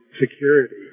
security